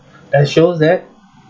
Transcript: that shows that